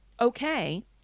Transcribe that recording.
okay